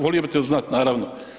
Volio bi to znat, naravno.